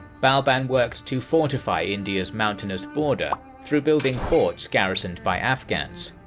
balban worked to fortify india's mountainous border through building forts garrisoned by afghans.